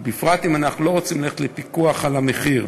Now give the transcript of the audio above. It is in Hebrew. בפרט אם אנחנו לא רוצים ללכת לפיקוח על המחיר.